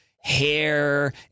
hair